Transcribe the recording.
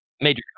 Major